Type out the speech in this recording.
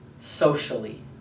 socially